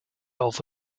auf